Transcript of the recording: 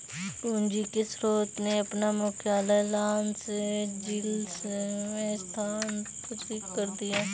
पूंजी के स्रोत ने अपना मुख्यालय लॉस एंजिल्स में स्थानांतरित कर दिया